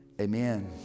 Amen